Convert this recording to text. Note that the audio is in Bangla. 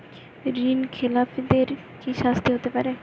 ঋণ খেলাপিদের কি শাস্তি হতে পারে?